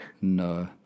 No